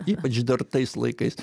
ypač dar tais laikais